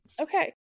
okay